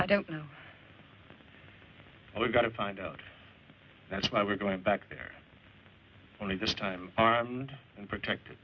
i don't know how we got to find out that's why we're going back there only this time are protected